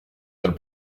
vient